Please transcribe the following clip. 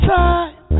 time